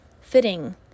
fitting